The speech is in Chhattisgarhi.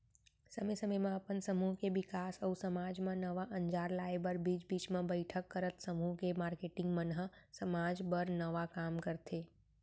समे समे म अपन समूह के बिकास अउ समाज म नवा अंजार लाए बर बीच बीच म बइठक करत समूह के मारकेटिंग मन ह समाज बर नवा काम करथे